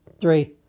three